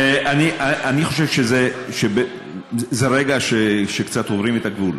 אני חושב שזה רגע שקצת עוברים את הגבול.